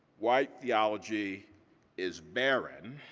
white theology is barren